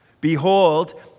Behold